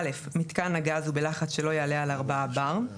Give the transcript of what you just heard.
(א)מיתקן הגז הוא בלחץ שלא יעלה על 4 בר (bar);